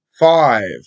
Five